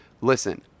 Listen